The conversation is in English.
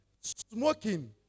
smoking